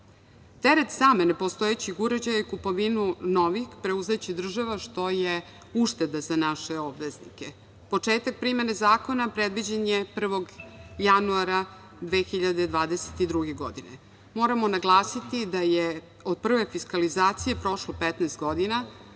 Teret samog nepostojećeg uređaja i kupovinu novih preuzeće država, što je ušteda za naše obveznike. Početak primene zakona predviđen je 1. januara 2022. godine. Moramo naglasiti da je od prve fiskalizacije prošlo 15 godina,